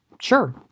Sure